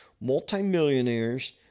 multimillionaires